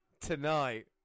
tonight